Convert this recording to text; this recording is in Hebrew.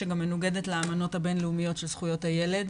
שגם מנוגדת לאמנות הבין-לאומיות של זכויות הילד.